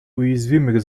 уязвимых